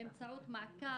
באמצעות מעקב,